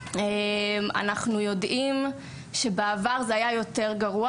אנחנו יודעים שבעבר זה היה יותר גרוע,